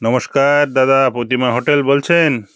নমস্কার দাদা প্রতিমা হোটেল বলছেন